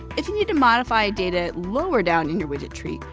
if you need to modify data lower down in your widget tree,